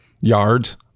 yards